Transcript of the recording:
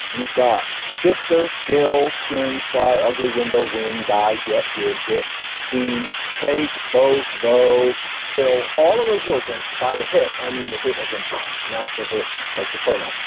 you've got sister skill skins guy ugly window. wing die get give hit scene take both though till all of those words. and by the hit i mean the hit as i'm not the hit as the pronoun.